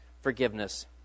forgiveness